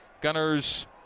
Gunner's